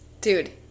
Dude